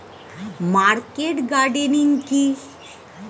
Market gardening কি?